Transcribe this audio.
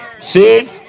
See